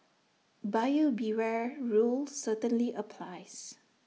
buyer beware rule certainly applies